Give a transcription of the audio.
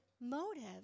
motives